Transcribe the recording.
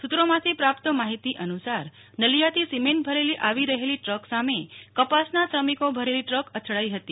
સૂત્રોમાંથી પ્રાપ્ત માહિતી અનુસાર નલિયાથી સિમેન્ટ ભરીને આવી રહેલી ટ્રક સામે કપાસના શ્રમિકો ભરેલી ટ્રક અથડાઈ હતી